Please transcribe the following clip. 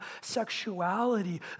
sexuality